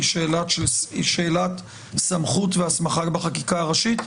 היא שאלת סמכות והסמכה בחקיקה הראשית?